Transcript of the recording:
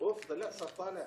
יושב-ראש הוועדה המסדרת,